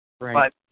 right